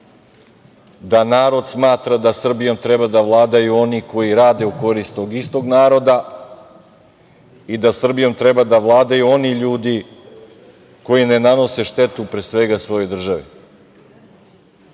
da narod smatra da Srbijom treba da vladaju oni koji rade u korist tog istog naroda i da Srbijom treba da vladaju oni ljudi koji ne nanose štetu pre svega svojoj državi.